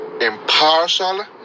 impartial